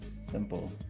simple